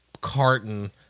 carton